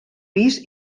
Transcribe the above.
pis